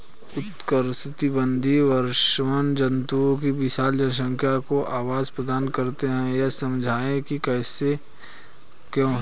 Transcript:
उष्णकटिबंधीय वर्षावन जंतुओं की विशाल जनसंख्या को आवास प्रदान करते हैं यह समझाइए कि ऐसा क्यों है?